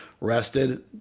rested